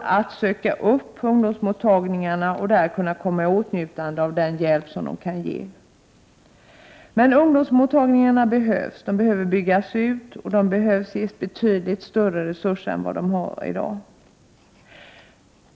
att söka upp ungdomsmottagningarna för att där komma i åtnjutande av den hjälp som kan ges. Ungdomsmottagningarna behövs, de behöver byggas ut och de bör ges betydligt större resurser än de har i dag.